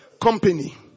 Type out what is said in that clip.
company